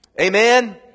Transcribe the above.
Amen